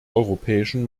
europäischen